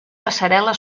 passarel·la